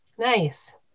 Nice